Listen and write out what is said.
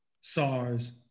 SARS